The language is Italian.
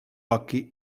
occhi